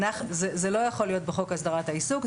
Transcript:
זה לא יכול להיות בחוק הסדרת העיסוק,